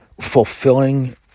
fulfilling